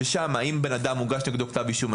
ששם אם הוגש נגד בן אדם כתב אישום,